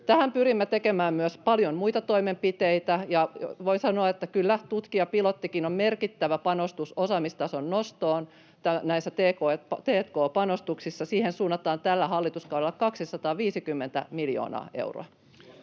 Tässä pyrimme tekemään myös paljon muita toimenpiteitä, ja voi sanoa, että kyllä tutkijapilottikin on merkittävä panostus osaamistason nostoon näissä t&k-panostuksissa. Siihen suunnataan tällä hallituskaudella 250 miljoonaa euroa.